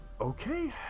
okay